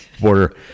border